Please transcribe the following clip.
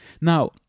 Now